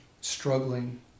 struggling